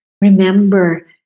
Remember